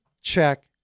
check